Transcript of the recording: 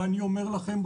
ואני אומר לכם,